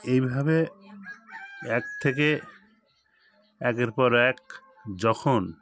এইভাবে এক থেকে একের পর এক যখন